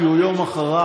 כי הוא יום אחריי,